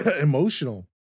emotional